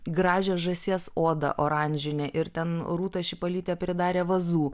gražią žąsies odą oranžinę ir ten rūta šipalytė pridarė vazų